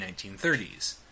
1930s